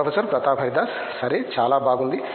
professor Pratap Haridas సరే చాలా బాగుంది